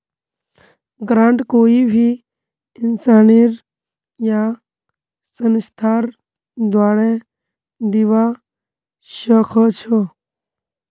grant कोई भी इंसानेर या संस्थार द्वारे दीबा स ख छ